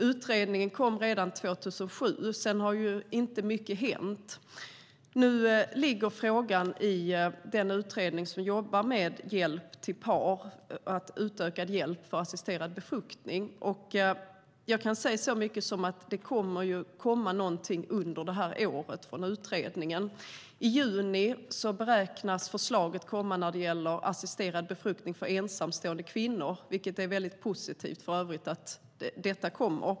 Utredningen kom redan 2007. Sedan har inte mycket hänt. Nu ligger frågan i den utredning som jobbar med utökad hjälp med assisterad befruktning till par. Jag kan säga så mycket som att utredningen kommer att komma med något förslag under det här året. Förslaget när det gäller assisterad befruktning för ensamstående kvinnor beräknas komma i juni. Det är för övrigt positivt.